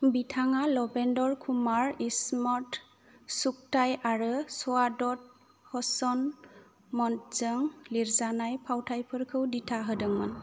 बिथाङा लवेंदर कुमार इस्मत चुगताई आरो सआदत हसन मंट'जों लिरजानाय फावथायफोरखौ दिथा होदोंमोन